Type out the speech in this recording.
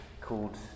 called